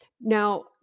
Now